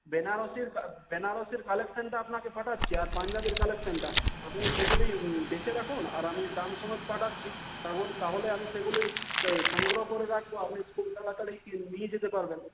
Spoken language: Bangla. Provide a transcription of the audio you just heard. বেনারসির বেনারসির কালেকশনটা আপনাকে পাঠাচ্ছি আর পাঞ্জাবীর কালেকশনটা আপনি সেগুলোই বেছে রাখুন আর আমি দাম সমেত পাঠাচ্ছি তাহল তাহলে আমি সেগুলোই সংগ্রহ করে রাখব আপনি খুব তাড়াতাড়ি নিয়ে যেতে পারবেন